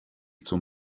zum